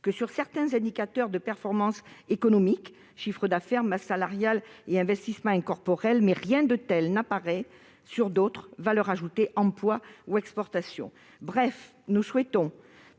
que sur certains indicateurs de performance économique- chiffre d'affaires, masse salariale et investissements incorporels -, mais rien de tel n'apparaît sur d'autres valeurs ajoutées- emploi ou exportation. Bref, nous souhaitons